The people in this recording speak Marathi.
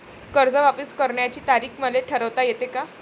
कर्ज वापिस करण्याची तारीख मले ठरवता येते का?